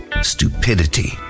stupidity